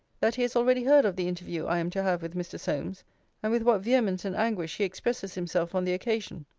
that he has already heard of the interview i am to have with mr. solmes and with what vehemence and anguish he expresses himself on the occasion.